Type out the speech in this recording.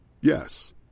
Yes